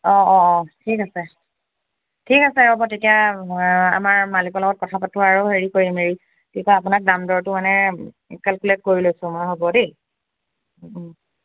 অঁ অঁ অঁ ঠিক আছে ঠিক আছে হ'ব তেতিয়া আমাৰ মালিকৰ লগত কথা পাতোঁ আৰু হেৰি কৰিম এই কি কয় আপোনাক দাম দৰটো মানে কেলকুলেট কৰি লৈছোঁ মই হ'ব দেই